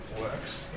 works